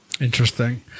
Interesting